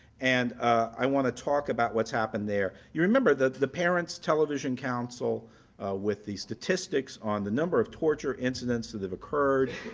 and i want to talk about what's happened there. you remember the the parents television council with the statistics on the number of torture incidents that have occurred,